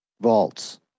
vaults